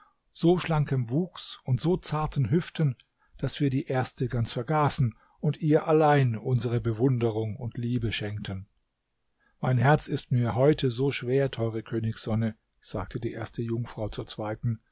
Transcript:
so schlankem wuchs und so zarten hüften daß wir die erste ganz vergaßen und ihr allein unsere bewunderung und liebe schenkten mein herz ist mir heute so schwer teure königssonne sagte die erste jungfrau zur zweiten